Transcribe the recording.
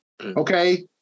Okay